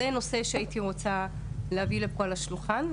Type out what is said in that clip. זה נושא שהייתי רוצה להביא לפה לשולחן.